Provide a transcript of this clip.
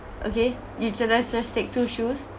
okay you let's just take two shoes